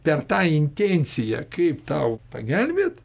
per tą intenciją kaip tau pagelbėt